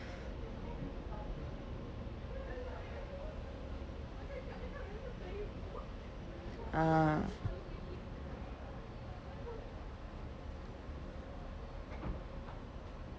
ah